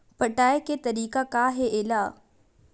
पटाय के तरीका का हे एला?